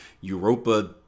Europa